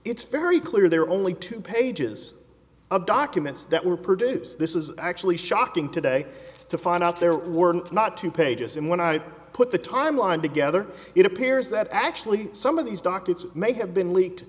it's very clear there are only two pages of documents that were produced this is actually shocking today to find out there were not two pages and when i put the timeline to gether it appears that actually some of these docket may have been leaked